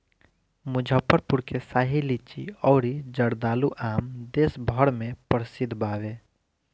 मुजफ्फरपुर के शाही लीची अउरी जर्दालू आम देस भर में प्रसिद्ध बावे